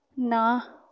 ਨਾ